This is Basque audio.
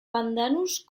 pandanus